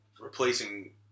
replacing –